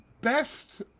best